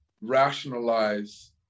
rationalize